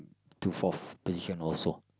to fourth position also